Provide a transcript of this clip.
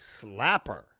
slapper